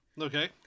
Okay